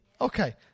Okay